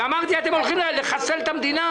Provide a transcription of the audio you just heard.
זה אותו תקציב שתכננו לפתרונות חלופיים.